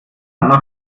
land